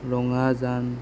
Rangajan